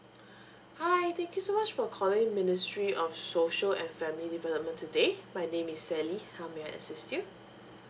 hi thank you so much for calling ministry of social and family development today my name is sally how may I assist you